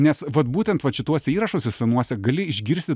nes vat būtent vat šituose įrašuose senuose gali išgirsti